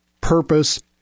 purpose